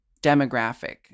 demographic